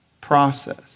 process